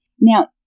Now